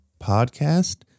Podcast